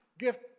Gift